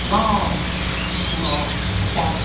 हँ हँ अच्छा